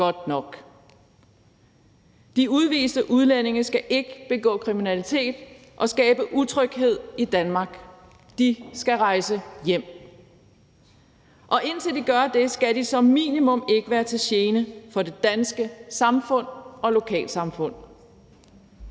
De udviste udlændinge skal ikke begå kriminalitet og skabe utryghed i Danmark. De skal rejse hjem. Og indtil de gør det, skal de som minimum ikke være til gene for det danske samfund og lokalsamfund.